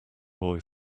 boy